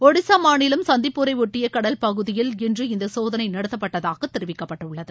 ஒடிசா மாநிலம் சந்திப்பூரை ஒட்டிய கடல் பகுதியில் இன்று இந்த சோதனை நடத்தப்பட்டதாக தெரிவிக்கப்பட்டுள்ளது